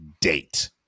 date